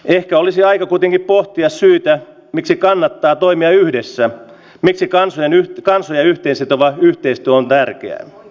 ehkä olisi aika kuitenkin pohtia syitä miksi kannattaa toimia yhdessä miksi kansoja yhteen sitova yhteistyö on tärkeää